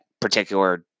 particular